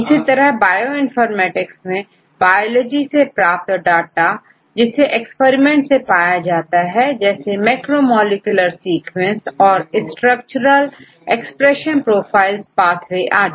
इसी तरह बायोइनफॉर्मेटिक्स में बायोलॉजी से प्राप्त डाटा जिसे एक्सपेरिमेंट से पाया जाता है जैसे मैक्रोमोलीक्यूलर सीक्वेंस और स्ट्रक्चर एक्सप्रेशन प्रोफाइल्स पाथवे आदि